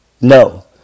No